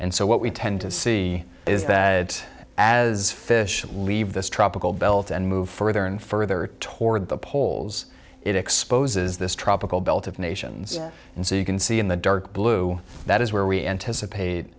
and so what we tend to see is that as fish leave this tropical belt and move further and further toward the poles it exposes this tropical belt of nations and so you can see in the dark blue that is where we anticipate